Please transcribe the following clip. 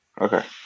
Okay